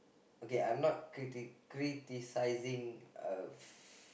okay I'm not criti~ criticizing uh